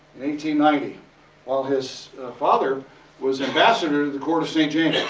ninety ninety while his father was ambassador to the court of st. james.